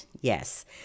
Yes